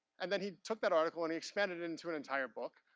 and then he took that article and he expanded it into an entire book.